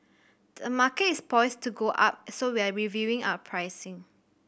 the market is poised to go up so we're reviewing our pricing